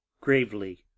gravely